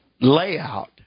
layout